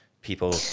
People